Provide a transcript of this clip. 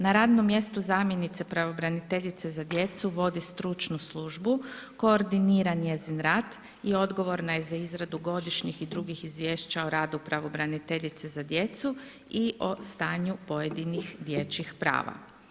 Na radnom mjestu zamjenice pravobraniteljica za djecu vodi stručnu službu, koordinira njezin rad i odgovorna je za izradu godišnjih i drugih izvješća o radu pravobraniteljice za djecu i o stanju pojedinih dječjih prava.